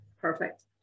Perfect